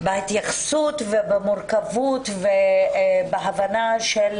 בהתייחסות ובמורכבות ובהבנה של